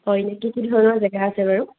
হয় কি ধৰণৰ জেগা আছে বাৰু